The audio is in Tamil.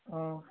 ஆ